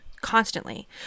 constantly